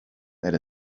that